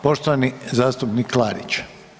Poštovani zastupnik Klarić.